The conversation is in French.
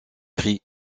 pris